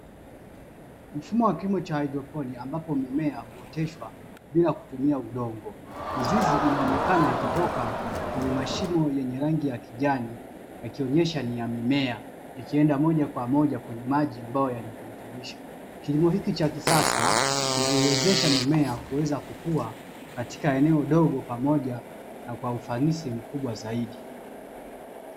Mfumo wa kilimo cha haidroponi, ambapo mimea huoteshwa bila kutumia udongo. Mizizi inaonekana ikitoka kwenye mashimo yenye rangi ya kijani, ikionyesha ni ya mimea, ikienda moja kwa moja kwenye maji ambayo yana virutubisho. Kilimo hiki cha kisasa kinaiwezesha mimea kuweza kukua katika eneo dogo pamoja na kwa ufanisi mkubwa zaidi.